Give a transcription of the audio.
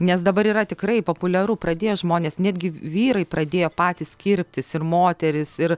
nes dabar yra tikrai populiaru pradėjo žmonės netgi vyrai pradėjo patys kirptis ir moterys ir